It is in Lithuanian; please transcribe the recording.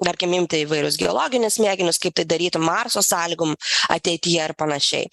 tarkim imti įvairius geologinius mėginius kaip tai darytų marso sąlygom ateityje ir panašiai